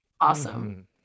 awesome